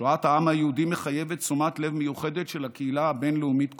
שואת העם היהודי מחייבת תשומת לב מיוחדת של הקהילה הבין-לאומית כולה.